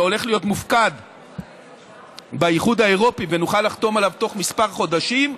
שהולך להיות מופקד באיחוד האירופי ונוכל לחתום עליו תוך כמה חודשים,